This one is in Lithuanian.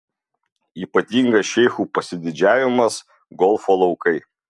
ypatingas šeichų pasididžiavimas golfo laukai